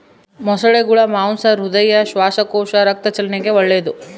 ಮೊಸಳೆಗುಳ ಮಾಂಸ ಹೃದಯ, ಶ್ವಾಸಕೋಶ, ರಕ್ತ ಚಲನೆಗೆ ಒಳ್ಳೆದು